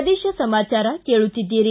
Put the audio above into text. ಪ್ರದೇಶ ಸಮಾಚಾರ ಕೇಳುತ್ತೀದ್ದಿರಿ